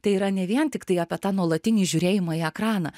tai yra ne vien tiktai apie tą nuolatinį žiūrėjimą į ekraną